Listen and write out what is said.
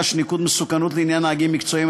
של ניקוד מסוכנות לעניין נהגים מקצועיים),